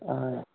হয়